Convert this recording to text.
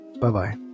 Bye-bye